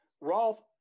Roth